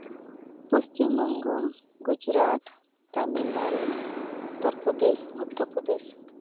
Paschimbanga Gujarat Tamil Nadu Uttar Pradesh Madhya Pradesh